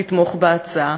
לתמוך בהצעה.